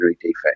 defect